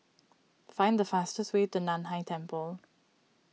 find the fastest way to Nan Hai Temple